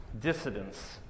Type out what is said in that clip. dissidents